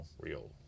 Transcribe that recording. real